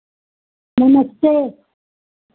नमस्ते